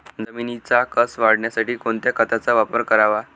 जमिनीचा कसं वाढवण्यासाठी कोणत्या खताचा वापर करावा?